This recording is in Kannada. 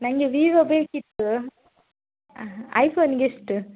ನನಗೆ ವಿವೋ ಬೇಕಿತ್ತು ಐ ಫೋನಿಗೆ ಎಷ್ಟು